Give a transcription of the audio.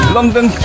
London